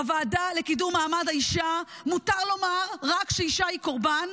בוועדה לקידום מעמד האישה מותר לומר רק שאישה היא קורבן,